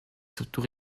surtout